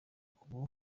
ubu